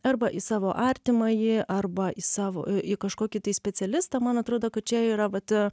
arba į savo artimąjį arba į savo į į kažkokį tai specialistą man atrodo kad čia yra vat